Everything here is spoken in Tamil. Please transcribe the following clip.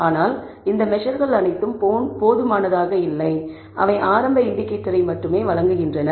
ஆனால் இந்த மெஸர்கள் அனைத்தும் போதுமானதாக இல்லை அவை ஆரம்ப இண்டிகேட்டரை மட்டுமே வழங்குகின்றன